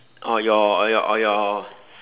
or your or your or your